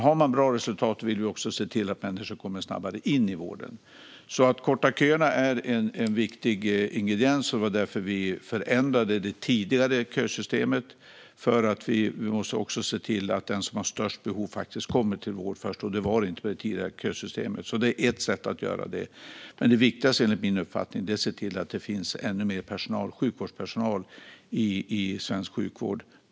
Har man bra resultat vill man också se till att människor kommer snabbare in i vården. Att korta köerna är en viktig ingrediens. Det var därför vi förändrade det tidigare kösystemet. Vi måste också se till att den som har störst behov kommer till vård först. Det var det inte med det tidigare kösystemet. Det är ett sätt att göra det. Men det viktigaste enligt min uppfattning är att se till att det finns ännu mer sjukvårdspersonal i svensk sjukvård.